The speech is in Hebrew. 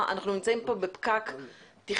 אלא אנחנו נמצאים כאן בפקק תכנוני-תקצובי,